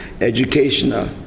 educational